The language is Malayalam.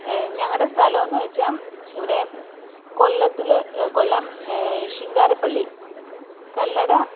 ഞങ്ങളുടെ സ്ഥലോന്ന് വെച്ചാൽ ഇവിടെ കൊല്ലത്തിൽ കൊല്ലം ശിങ്കാരപള്ളി കല്ലട